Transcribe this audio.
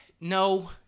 no